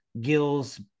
Gills